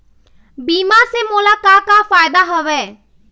बीमा से मोला का का फायदा हवए?